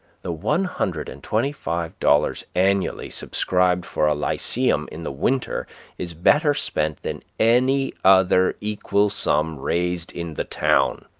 the one hundred and twenty-five dollars annually subscribed for a lyceum in the winter is better spent than any other equal sum raised in the town.